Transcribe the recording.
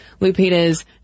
Lupita's